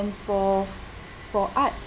and for for art